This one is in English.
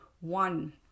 one